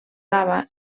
lava